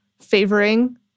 favoring